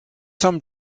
some